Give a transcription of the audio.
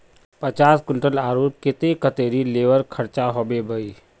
पचास कुंटल आलूर केते कतेरी लेबर खर्चा होबे बई?